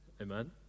Amen